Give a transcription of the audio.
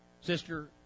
sister